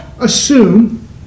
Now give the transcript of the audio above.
assume